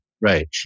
Right